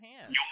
hands